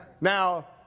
Now